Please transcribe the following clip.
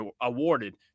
awarded